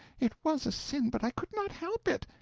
it was a sin, but i could not help it.